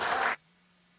Hvala.